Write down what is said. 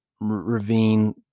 ravine